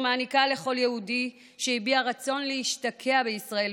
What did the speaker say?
מעניקה לכל יהודי שהביע רצון להשתקע בישראל,